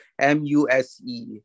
M-U-S-E